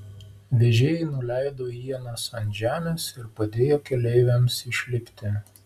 vežėjai nuleido ienas ant žemės ir padėjo keleiviams išlipti